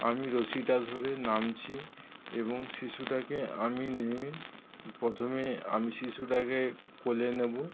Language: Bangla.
আমি রশিটা ধরে নামছি এবং শিশুটাকে আমি নেমে প্রথমে আমি শিশুটাকে কোলে নেবো